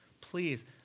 Please